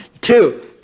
two